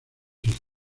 hijos